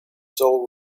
soul